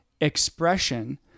expression